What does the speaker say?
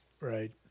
Right